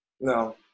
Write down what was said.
no